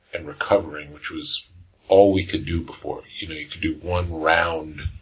and recovering, which was all we could do before. you know we could do one round,